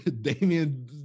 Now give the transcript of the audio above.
Damian